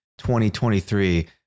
2023